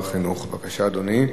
אין מתנגדים ואין נמנעים.